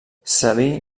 sabí